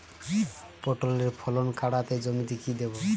পটলের ফলন কাড়াতে জমিতে কি দেবো?